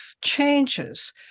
changes